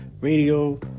radio